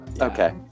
Okay